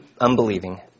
unbelieving